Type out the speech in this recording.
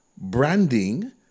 branding